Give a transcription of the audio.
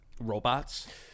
robots